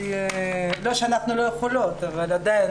לא שאנחנו לא יכולות, אבל עדיין